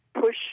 push